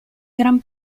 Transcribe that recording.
gran